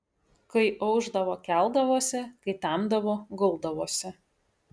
kai aušdavo keldavosi kai temdavo guldavosi